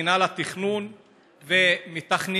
מינהל התכנון ומתכננים,